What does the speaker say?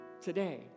today